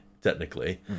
technically